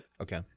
Okay